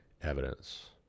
evidence